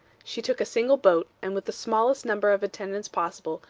she took a single boat, and with the smallest number of attendants possible,